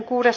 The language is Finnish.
asia